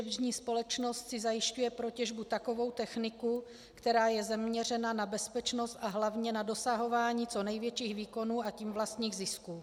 Těžební společnost si zajišťuje pro těžbu takovou techniku, která je zaměřena na bezpečnost a hlavně na dosahování co největších výkonů, a tím vlastních zisků.